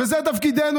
וזה תפקידנו,